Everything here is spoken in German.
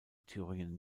thüringen